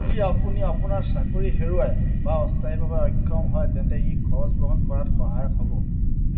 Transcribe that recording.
যদি আপুনি আপোনাৰ চাকৰি হেৰুৱায় বা অস্থায়ীভাৱে অক্ষম হয় তেন্তে ই খৰচ বহন কৰাত সহায়ক হ'ব